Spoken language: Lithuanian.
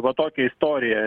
va tokia istorija